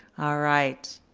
ah right.